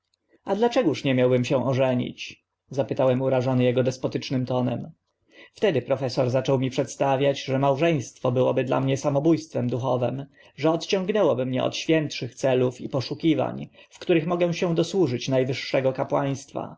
a dlaczegóż nie miałbym się ożenić zapytałem urażony ego despotycznym tonem wtedy profesor zaczął mi przedstawiać że małżeństwo byłoby dla mnie samobó stwem duchowym że odciągnęłoby mnie od świętszych celów i poszukiwań w których mogę się dosłużyć na